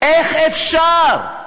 איך אפשר?